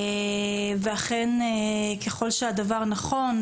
ואכן ככל שהדבר נכון,